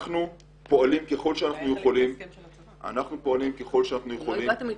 אנחנו פועלים ככל שאנחנו יכולים --- לא הבעתם התנגדות.